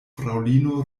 fraŭlino